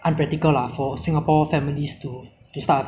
like is mak~ is being more unlivable lah for